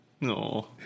no